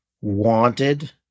wanted